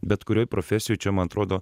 bet kurioj profesijoj čia man atrodo